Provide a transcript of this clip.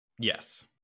Yes